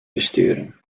besturen